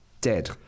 dead